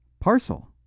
Parcel